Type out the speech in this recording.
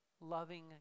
loving